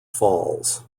falls